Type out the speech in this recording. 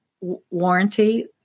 warranty